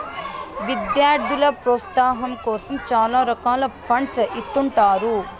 విద్యార్థుల ప్రోత్సాహాం కోసం చాలా రకాల ఫండ్స్ ఇత్తుంటారు